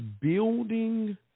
building